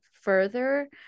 further